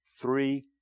Three